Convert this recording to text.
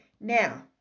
Now